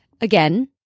Again